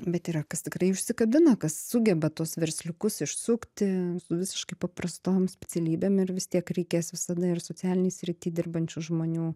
bet yra kas tikrai užsikabina kas sugeba tuos versliukus išsukti su visiškai paprastom specialybėm ir vis tiek reikės visada ir socialinėj srity dirbančių žmonių